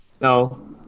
no